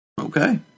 Okay